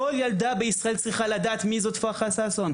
כל ילדה בישראל צריכה לדעת מי זו פרחה ששון.